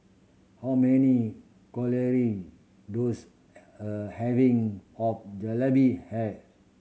how many calorie does a having of Jalebi has